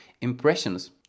impressions